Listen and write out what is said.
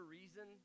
reason